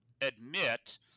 admit